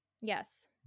Yes